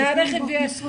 שהרכב לא שמיש.